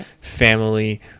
family